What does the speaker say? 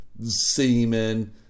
semen